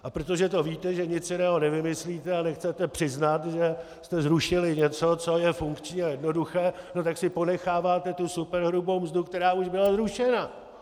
A protože to víte, že nic jiného nevymyslíte, a nechcete přiznat, že jste zrušili něco, co je funkční a jednoduché, tak si ponecháváte tu superhrubou mzdu, která už byla zrušena.